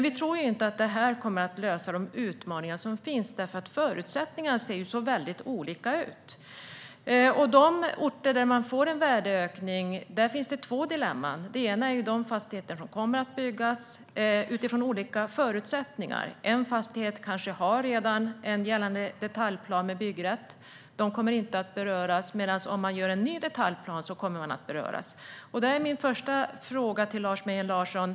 Vi tror inte att det kommer att lösa de utmaningar som finns därför att förutsättningarna ser så olika ut. På de orter där det blir en värdeökning finns två dilemman. De fastigheter som kommer att byggas kommer att ha olika förutsättningar. En fastighet kanske redan har en gällande detaljplan med byggrätt. Den kommer inte att beröras. Men om det görs en ny detaljplan kommer den att beröras. Jag har ett par frågor till Lars Mejern Larsson.